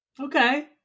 Okay